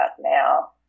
now